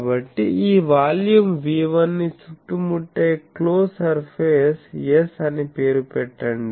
కాబట్టి ఈ volume V1 ని చుట్టుముట్టే క్లోజ్ సర్ఫేస్ s అని పేరు పెట్టండి